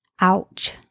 Ouch